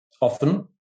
Often